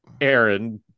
Aaron